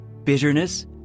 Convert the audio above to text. Bitterness